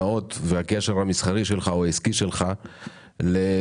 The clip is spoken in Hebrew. הקשר המסחרי או העסקי שלך ליבואנים,